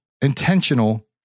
intentional